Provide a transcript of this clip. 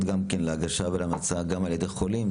גם כן להגשה ולהמלצה גם על ידי חולים,